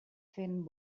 fent